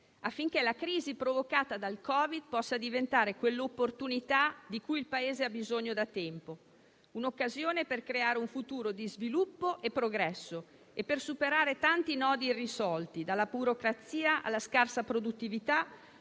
affinché la crisi provocata dal Covid possa diventare quell'opportunità di cui il Paese ha bisogno da tempo, un'occasione per creare un futuro di sviluppo e progresso e per superare tanti nodi irrisolti, dalla burocrazia alla scarsa produttività,